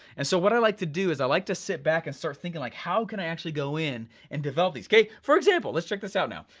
and so what i like to do, is i like to sit back and start thinking like, how can i actually go in and develop these. for for example, lets check this out now.